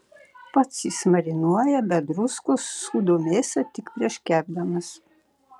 pats jis marinuoja be druskos sūdo mėsą tik prieš kepdamas